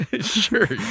Sure